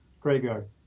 graveyard